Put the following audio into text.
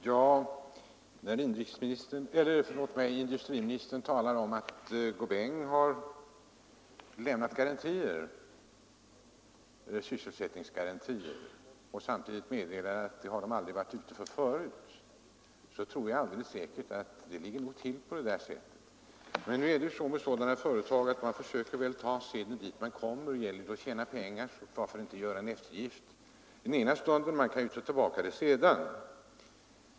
Fru talman! Jag tror att det är ett riktigt besked industriministern ger när han säger att Saint-Gobain har lämnat sysselsättningsgarantier och samtidigt meddelat att det aldrig förut mötts av sådana krav. Men sådana företag försöker väl ta seden, dit de kommer. Varför inte göra en eftergift den ena stunden, om det gäller att tjäna pengar — man kan ju ta tillbaka det sedan.